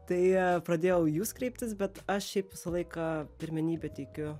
tai pradėjau jūs kreiptis bet aš visą laiką pirmenybę teikiu